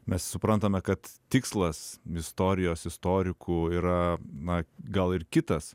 mes suprantame kad tikslas istorijos istorikų yra na gal ir kitas